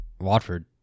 Watford